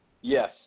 yes